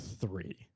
three